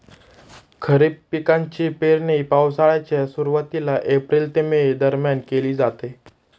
खरीप पिकांची पेरणी पावसाळ्याच्या सुरुवातीला एप्रिल ते मे दरम्यान केली जाते